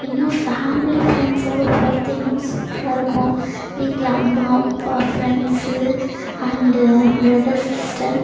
இன்னும் ஃபேமிலி ஃப்ரெண்ட்ஸோடு போகிறத்து இன்னும் சூப்பராக இருக்கும் வீட்டில் அம்மா அப்பா ஃப்ரெண்ட்ஸ்ஸு அண்டு ப்ரதர் சிஸ்ட்டர்